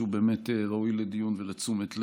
שהוא באמת ראוי לדיון ולתשומת לב.